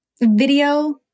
video